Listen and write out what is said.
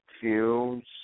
fields